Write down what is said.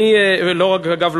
אגב,